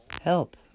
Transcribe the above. help